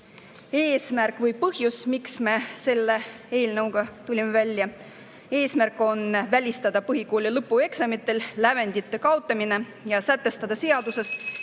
Eesmärk või põhjus, miks me selle eelnõuga välja tulime, on välistada põhikooli lõpueksamitel lävendite kaotamine ja sätestada seaduses,